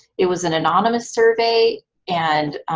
it was an anonymous survey and